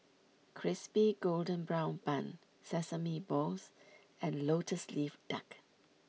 Crispy Golden Brown Bun Sesame Balls and Lotus Leaf Duck